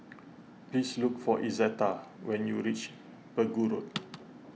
please look for Izetta when you reach Pegu Road